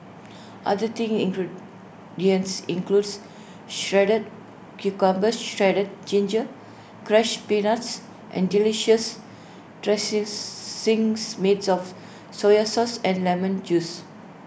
other thing ingredients includes shredded cucumber shredded ginger crushed peanuts and delicious made of soy sauce and lemon juice